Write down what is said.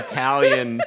Italian